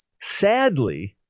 Sadly